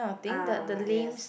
ah yes